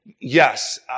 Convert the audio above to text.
yes